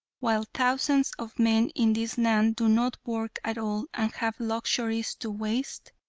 while thousands of men in this land do not work at all and have luxuries to waste?